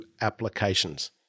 applications